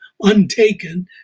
untaken